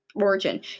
origin